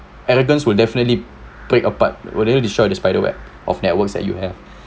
arrogance will definitely play a part whatever destroy the spider web of networks that you have